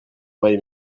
aurait